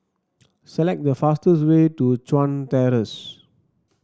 select the fastest way to Chuan Terrace